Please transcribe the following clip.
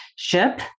ship